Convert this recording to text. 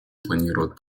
планирует